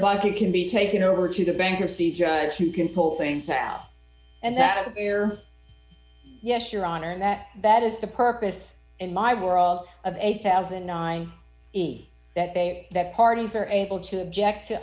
bucket can be taken over to the bankruptcy judge who can pull things out and that yes your honor that that is the purpose in my world of eight thousand and nine that they that parties are able to object